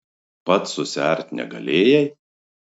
pats susiart negalėjai